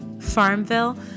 farmville